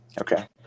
Okay